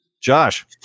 Josh